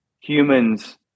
Humans